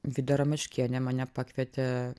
vida ramaškienė mane pakvietė